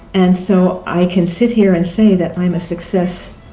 and so i can sit here and say that i am a success.